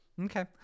okay